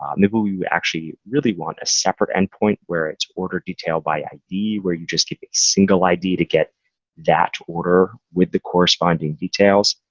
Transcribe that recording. um maybe you actually really want a separate endpoint where it's order detailed by id, where you're just keeping single id to get that order with the corresponding details.